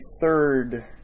third